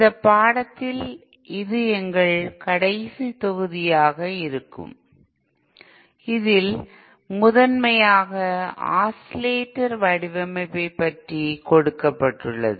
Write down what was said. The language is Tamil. இந்த பாடத்திட்டத்தில் இது எங்கள் கடைசி தொகுதியாக இருக்கும் இதில் முதன்மையாக ஆஸிலேட்டர் வடிவமைப்பைபற்றி கொடுக்கப்பட்டுள்ளது